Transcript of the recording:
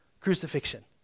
crucifixion